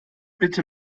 bitte